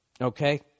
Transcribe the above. Okay